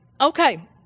Okay